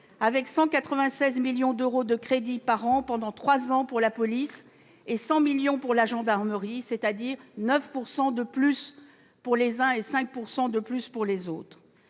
avec 196 millions d'euros de crédits par an pendant trois ans pour la police et 100 millions d'euros pour la gendarmerie, c'est-à-dire 9 % de plus pour l'une et 5 % de plus pour l'autre.